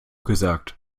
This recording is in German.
gesagt